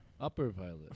Upperviolet